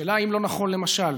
השאלה: האם לא נכון למשל